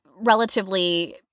relatively